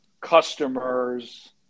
customer's